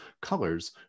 colors